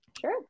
sure